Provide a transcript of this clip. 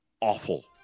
awful